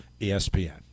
ESPN